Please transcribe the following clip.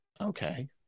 Okay